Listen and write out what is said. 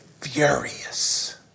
furious